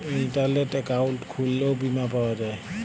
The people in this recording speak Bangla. ইলটারলেট একাউল্ট খুইললেও বীমা পাউয়া যায়